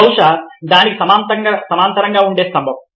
బహుశా దీనికి సమాంతరంగా ఉండే స్తంభము